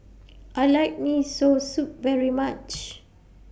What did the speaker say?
I like Miso Soup very much